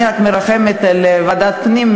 אני רק מרחמת על ועדת הפנים,